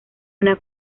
una